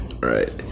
Right